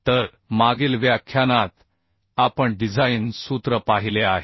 तर मागील व्याख्यानात आपण डिझाइन सूत्र पाहिले आहे